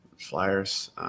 Flyers